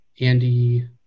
Andy